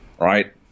Right